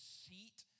seat